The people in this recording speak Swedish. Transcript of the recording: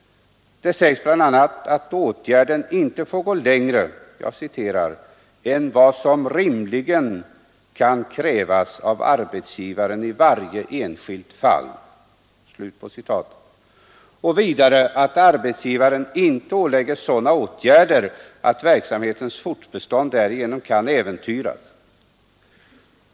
Det sägs bl.a. ”att åtgärder inte får gå längre än vad som rimligen kan krävas av arbetsgivare i varje enskilt fall”, och vidare att arbetsgivaren ”inte skall åläggas sådana åtgärder att verksamhetens fortbestånd därigenom kan äventyras”.